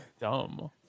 Dumb